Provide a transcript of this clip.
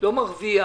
לא מרוויח.